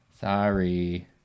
Sorry